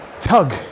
tug